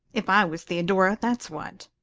if i was theodora, that's what,